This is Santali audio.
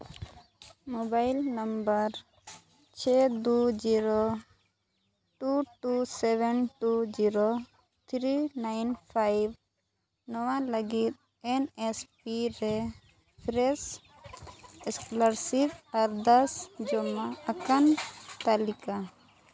ᱢᱳᱵᱟᱭᱤᱞ ᱱᱟᱢᱵᱟᱨ ᱪᱷᱮ ᱫᱩ zero two two seven two zero three nine five ᱱᱚᱣᱟ ᱞᱟᱹᱜᱤᱫ ᱮᱱ ᱮᱥ ᱯᱤ ᱨᱮ ᱯᱷᱨᱮᱥ ᱥᱠᱚᱞᱟᱨᱥᱤᱯ ᱟᱨᱫᱟᱥ ᱡᱚᱢᱟ ᱟᱠᱟᱱ ᱛᱟᱹᱞᱤᱠᱟ